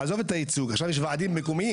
עזוב את הייצוג עכשיו יש ועדים מקומיים.